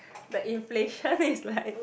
the inflation is like